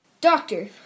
Doctor